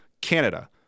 Canada